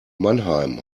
mannheim